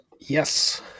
Yes